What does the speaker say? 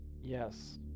Yes